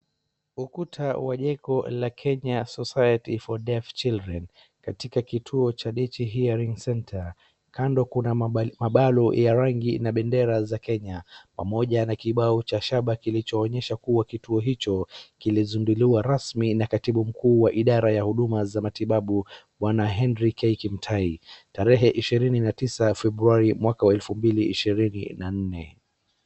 Ukuta wa jengo la Kenya Society for Deaf Children katika kituo cha DHC Hearing Center . Kando kuna mabalo ya rangi na bendera za Kenya pamoja na kibao cha shaba kilichoonyesha kuwa kituo hicho kilizinduliwa rasmi na Katibu Mkuu wa Idara ya Huduma za Matibabu Bwana Henry K. Kimtai, tarehe 29 Februari mwaka wa 2024.